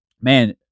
man